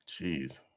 Jeez